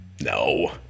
No